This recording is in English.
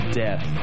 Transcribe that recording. death